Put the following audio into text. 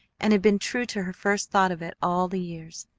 and had been true to her first thought of it all the years.